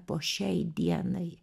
po šiai dienai